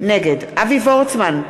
נגד אבי וורצמן,